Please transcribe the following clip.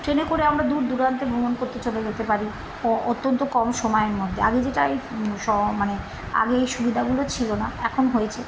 ট্রেনে করে আমরা দূর দূরান্ত ভ্রমণ করতে চলে যেতে পারি অত্যন্ত কম সময়ের মধ্যে আগে যেটা এই মানে আগে এই সুবিধাগুলো ছিল না এখন হয়েছে